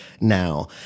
now